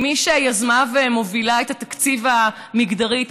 כמי שיזמה ומובילה את התקציב המגדרי,